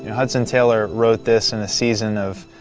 hudson taylor wrote this in a season of